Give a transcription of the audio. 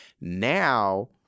Now